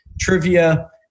trivia